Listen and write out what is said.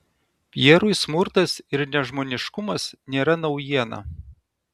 pierui smurtas ir nežmoniškumas nėra naujiena